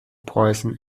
preußen